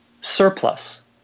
Surplus